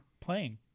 playing